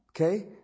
Okay